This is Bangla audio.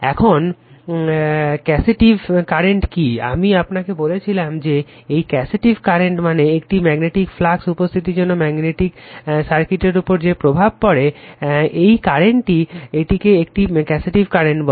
এখন কসেটিভ কারেন্ট কি আমি আপনাকে বলেছিলাম যে এই কসেটিভ কারেন্ট মানে একটি ম্যাগনেটিক ফ্লাক্স উপস্থিতির জন্য ম্যাগনেটিক সার্কিটের উপর যে প্রভাব পড়ে এই কারণেই এটিকে একটি কসেটিভ কারেন্ট বলে